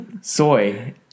soy